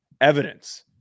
evidence